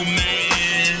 man